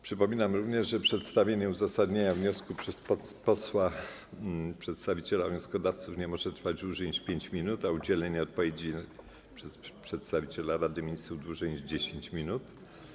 Przypominam również, że przedstawienie uzasadnienia wniosku przez posła przedstawiciela wnioskodawców nie może trwać dłużej niż 5 minut, a udzielenie odpowiedzi przez przedstawiciela Rady Ministrów - dłużej niż 10 minut.